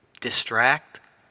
distract